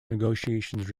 negotiations